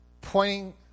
pointing